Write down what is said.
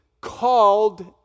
called